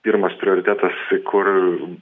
pirmas prioritetas kur